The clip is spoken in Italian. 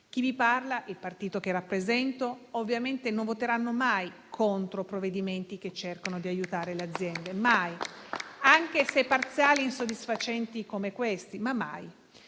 Chi vi parla e il partito che rappresento ovviamente non voteranno mai contro provvedimenti che cercano di aiutare le aziende. Mai: anche se parziali e insoddisfacenti come questi, ma mai.